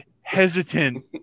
hesitant